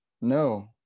No